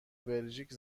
بلژیک